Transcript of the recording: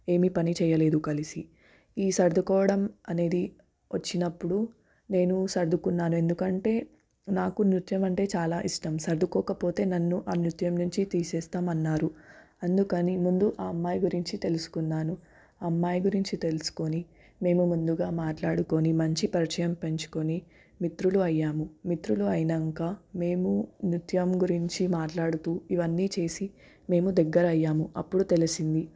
ఏమీ పని చేయలేదు కలిసి ఈ సర్దుకోవడం అనేది వచ్చినపుడు నేను సర్దుకున్నాను ఎందుకంటే నాకు నృత్యం అంటే చాలా ఇష్టం సర్దుకోకపోతే నన్ను ఆ నృత్యం నుంచి తీసేస్తాము అన్నారు అందుకని ముందు ఆ అమ్మాయి గురించి తెలుసుకున్నాను అమ్మాయి గురించి తెలుసుకొని మేము ముందుగా మాట్లాడుకొని మంచి పరిచయం పెంచుకొని మిత్రులు అయ్యాము మిత్రులు అయ్యాక మేము నృత్యం గురించి మాట్లాడుతూ ఇవన్నీ చేసి మేము దగ్గర అయ్యాము అప్పుడు తెలిసింది